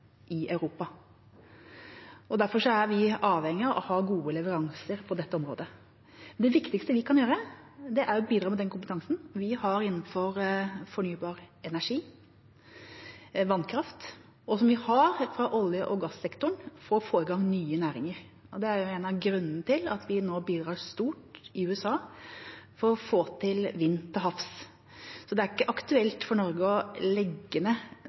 i Europa, og derfor er vi avhengig av å ha gode leveranser på dette området. Det viktigste vi kan gjøre, er å bidra med den kompetansen vi har innenfor fornybar energi, vannkraft, og fra olje- og gassektoren, for å få i gang nye næringer. Det er en av grunnene til at vi nå bidrar stort i USA for å få til vind til havs. Det er ikke aktuelt for Norge å legge ned